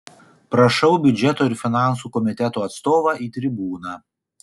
prašau biudžeto ir finansų komiteto atstovą į tribūną